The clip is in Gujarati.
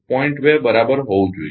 2 બરાબર હોવું જોઈએ